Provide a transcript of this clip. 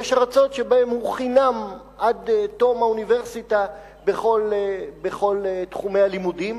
ויש ארצות שבהן הוא חינם עד תום האוניברסיטה בכל תחומי הלימודים.